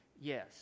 Yes